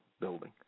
building